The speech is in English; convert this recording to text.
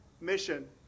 mission